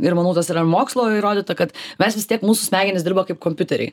ir manau tas yra mokslo įrodyta kad mes vis tiek mūsų smegenys dirba kaip kompiuteriai